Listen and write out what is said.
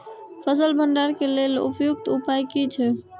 फसल भंडारण के लेल उपयुक्त उपाय कि छै?